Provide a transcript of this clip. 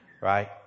right